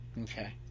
Okay